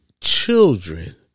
children